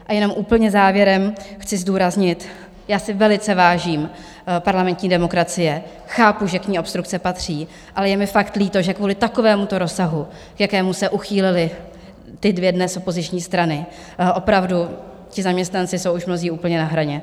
A jenom úplně závěrem chci zdůraznit, já si velice vážím parlamentní demokracie, chápu, že k ní obstrukce patří, ale je mi fakt líto, že kvůli takovémuto rozsahu, k jakému se uchýlily ty dvě dnes opoziční strany, opravdu ti zaměstnanci jsou už mnozí úplně na hraně.